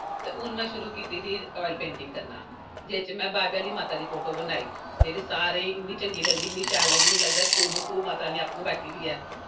हून में शुरू कीती दी अयर पोेंटिंग करना जेह्दे च में बहावे आह्ली माता दी फोटो बनाई जेह्ड़ी सारें गी इन्नी शैल लगदी इन्नी चंगी लगदी मिगी लगदा खूबखू माता रानी आपूं गै बैठी दी ऐ